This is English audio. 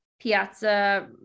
piazza